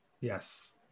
Yes